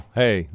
hey